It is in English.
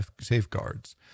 safeguards